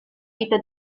vita